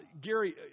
Gary